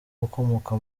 ukomoka